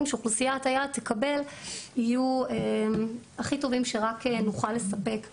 שאוכלוסיית היעד תקבל יהיו הכי טובים שרק נוכל לספק.